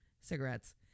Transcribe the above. cigarettes